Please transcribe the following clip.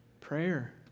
Prayer